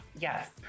Yes